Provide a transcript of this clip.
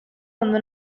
donde